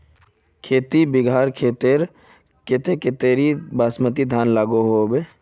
खेती बिगहा खेतेर केते कतेरी बासमती धानेर लागोहो होबे?